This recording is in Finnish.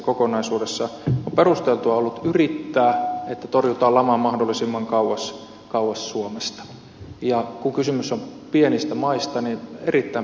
on perusteltua ollut yrittää niin että torjutaan lama mahdollisimman kauas suomesta ja kun kysymys on pienistä maista niin on erittäin perusteltua yrittää